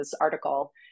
article